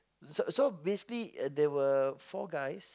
so so basically there were four guys